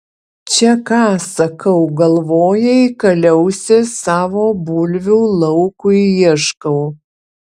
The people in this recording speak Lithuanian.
čia ką sakau galvojai kaliausės savo bulvių laukui ieškau